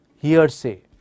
Hearsay